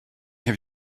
have